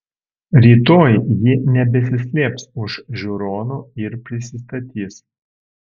rytoj ji nebesislėps už žiūronų ir prisistatys